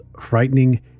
frightening